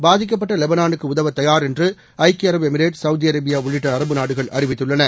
பாதிக்கப்பட்ட லெபளானுக்கு உதவத் தயார் என்று ஐக்கிய அரபு எமிரேட் சவுதி அரேபியா உள்ளிட்ட அரபு நாடுகள் அறிவித்துள்ளன